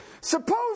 Suppose